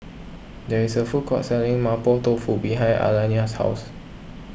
there is a food court selling Mapo Tofu behind Aliana's house